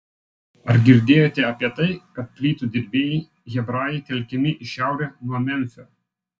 ar girdėjote apie tai kad plytų dirbėjai hebrajai telkiami į šiaurę nuo memfio